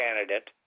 candidate